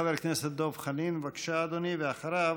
חבר הכנסת דב חנין, בבקשה, אדוני, ואחריו,